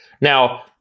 Now